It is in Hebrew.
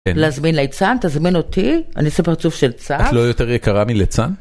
להזמין ליצן, תזמין אותי, אני אעשה פרצוף של צף. את לא יותר יקרה מליצן?